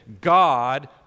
God